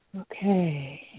Okay